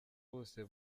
bose